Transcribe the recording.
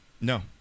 No